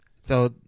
So-